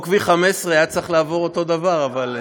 חוק V15 היה צריך לעבור אותו דבר, אבל,